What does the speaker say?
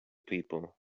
people